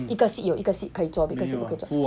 一个 seat 有一个 seat 可以坐一个 seat 不可以坐